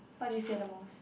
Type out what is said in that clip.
what do you fear the most